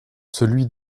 celui